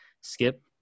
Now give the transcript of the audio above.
skip